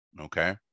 okay